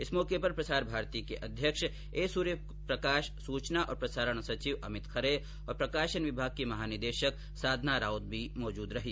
इस मौके पर प्रसार भारती के अध्यक्ष ए सूर्य प्रकाश सूचना और प्रसारण सचिव अमित खरे और प्रकाशन विभाग की महानिदेशक साधना राउत भी मौजूद रही